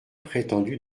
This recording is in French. prétendu